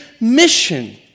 mission